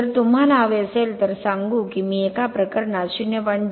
जर तुम्हाला हवे असेल तर सांगू की मी एका प्रकरणात 0